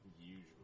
Usually